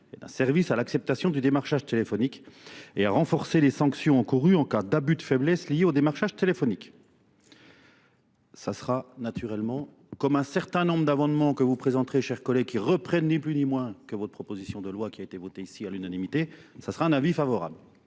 d'un service à l'acceptation du démarchage téléphonique et à renforcer les sanctions encourues en cas d'abus de faiblesse liés au démarchage téléphonique. Ça sera naturellement comme un certain nombre d'avendements que vous présenterez, chers collègues, qui reprennent ni plus ni moins que votre proposition de loi qui a été votée ici à l'unanimité. Ça sera un avis favorable.